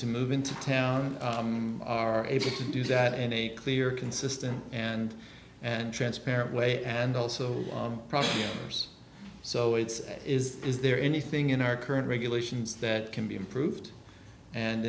to move into town are able to do that in a clear consistent and and transparent way and also prosecutors so it's is is there anything in our current regulations that can be improved and